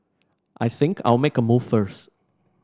I think I'll make a move first